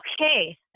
Okay